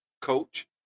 coach